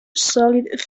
solid